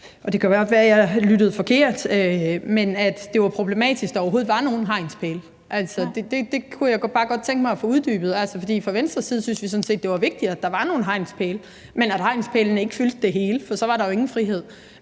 det kan godt være, at jeg lyttede forkert – at det var problematisk, at der overhovedet var nogen hegnspæle. Altså, det kunne jeg bare godt tænke mig at få uddybet, for fra Venstres side synes vi sådan set, at det var vigtigere, at der var nogen hegnspæle, men at hegnspælene ikke fyldte det hele, for så var der jo ingen frihed